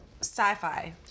sci-fi